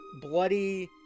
bloody